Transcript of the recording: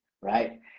right